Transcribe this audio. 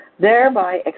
thereby